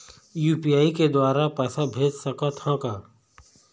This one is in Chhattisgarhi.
यू.पी.आई के द्वारा पैसा भेज सकत ह का?